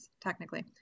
technically